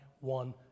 one